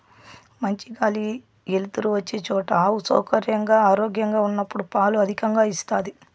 మంచి గాలి ఎలుతురు వచ్చే చోట ఆవు సౌకర్యంగా, ఆరోగ్యంగా ఉన్నప్పుడు పాలు అధికంగా ఇస్తాది